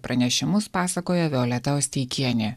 pranešimus pasakoja violeta osteikienė